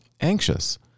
anxious